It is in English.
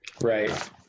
Right